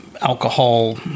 alcohol